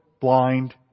blind